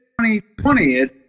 2020